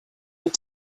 were